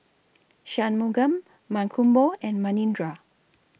Shunmugam Mankombu and Manindra